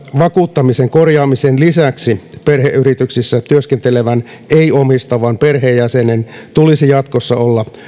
vakuuttamisen korjaamisen lisäksi perheyrityksissä työskentelevän ei omistavan perheenjäsenen tulisi jatkossa olla